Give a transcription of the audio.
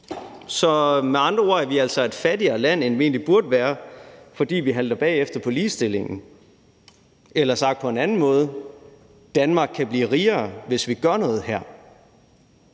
Med andre ord er vi altså et fattigere land, end vi egentlig burde være, fordi vi halter bagefter med ligestillingen. Eller sagt på en anden måde: Danmark kan blive rigere, hvis vi gør noget her.